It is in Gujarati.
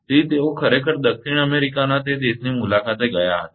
તેથી તેઓ ખરેખર દક્ષિણ અમેરિકાના તે દેશની મુલાકાતે ગયા હતા